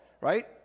right